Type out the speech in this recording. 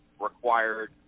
required